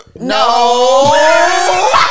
No